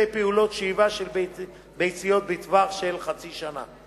פעולות שאיבה של ביציות בטווח של חצי שנה.